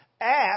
Ask